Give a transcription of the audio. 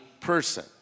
person